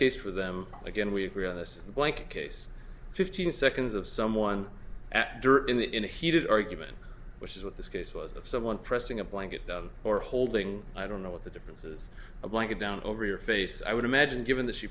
case for them again we agree on this is the blanket case fifteen seconds of someone at during that in a heated argument which is what this case was of someone pressing a blanket or holding i don't know what the differences a blanket down over your face i would imagine given that she